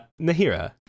Nahira